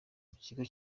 kigo